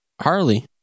Harley